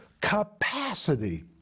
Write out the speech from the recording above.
capacity